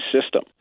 system